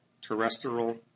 terrestrial